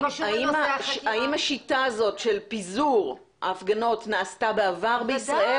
האם השיטה הזאת של פיזור ההפגנות נעשתה בעבר בישראל?